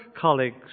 colleagues